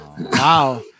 Wow